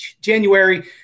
January